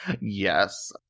Yes